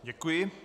Děkuji.